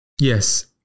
Yes